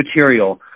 material